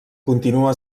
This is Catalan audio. continua